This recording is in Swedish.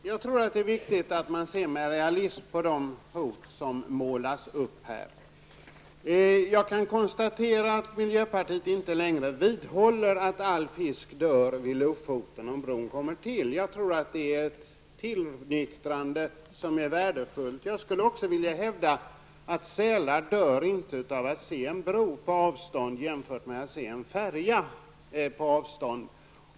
Herr talman! Jag tror att det är viktigt att man ser med realism på de hot som målas upp här. Jag kan konstatera att miljöpartiet inte längre vidhåller att all fisk dör vid Lofoten om bron byggs. Det är ett tillnyktrande som är värdefullt. Jag skulle också vilja hävda att sälar inte dör av att se en bro på avstånd, lika litet som de dör av att se en färja på avstånd.